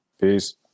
Peace